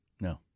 No